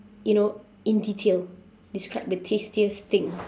you know in detail describe the tastiest thing